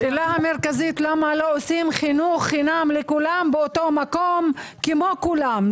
למה לא עושים חינוך חינם לכולם באותו מקום כמו כולם.